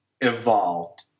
evolved